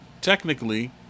technically